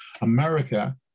America